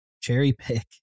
cherry-pick